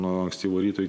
nuo ankstyvo ryto